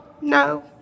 no